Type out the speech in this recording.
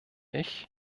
ich